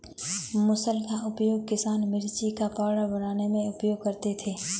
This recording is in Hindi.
मुसल का उपयोग किसान मिर्ची का पाउडर बनाने में उपयोग करते थे